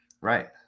Right